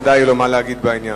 ודאי יהיה לו מה להגיד בעניין.